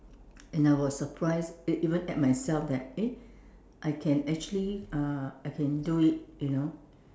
and I was surprised e~ even at myself that eh I can actually uh I can do it you know